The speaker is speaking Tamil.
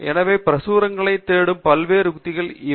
எனவே பிரசுரங்களைத் தேடும் பல்வேறு உத்திகள் எவை